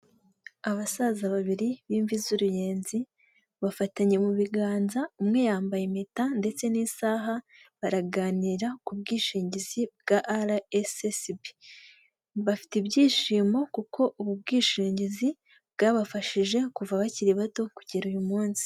Abasaza babiri b'imvi z'uruyenzi bafatanye mu biganza umwe yambaye impeta ndetse n'isaha baraganira ku bwishingizi bwa ara esisibi, bafite ibyishimo kuko ubu bwishingizi bwabafashije kuva bakiri bato kugera uyu munsi.